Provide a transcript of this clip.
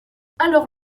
alors